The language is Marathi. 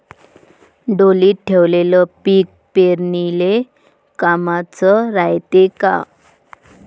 ढोलीत ठेवलेलं पीक पेरनीले कामाचं रायते का?